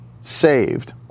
saved